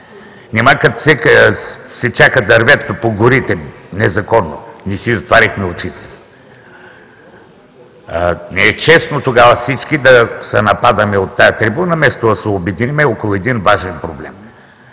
Нима като сечаха дърветата по горите, незаконно, не си затваряхме очите? Не е честно тогава всички да се нападаме от тази трибуна, вместо да се обединим около един важен проблем.